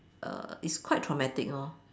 err it's quite traumatic lor